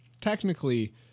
technically